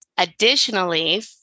Additionally